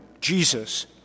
Jesus